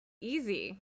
Easy